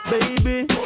baby